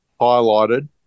highlighted